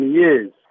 years